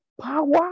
Power